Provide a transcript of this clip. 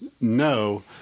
no